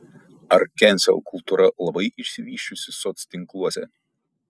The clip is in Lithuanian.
ar kensel kultūra labai išsivysčiusi soctinkluose